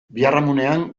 biharamunean